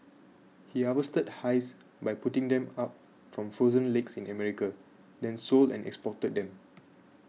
he harvested ice by putting them up from frozen lakes in America then sold and exported them